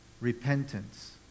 repentance